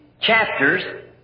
chapters